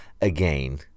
again